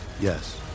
Yes